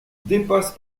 dépasse